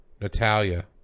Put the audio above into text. natalia